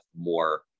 more